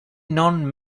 non